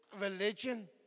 religion